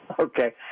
Okay